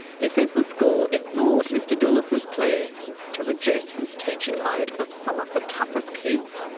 he says the school ignored mr doulis's pleas to reduce his teaching load of some of the toughest kids,